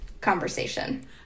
conversation